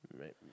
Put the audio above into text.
Right